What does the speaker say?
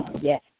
Yes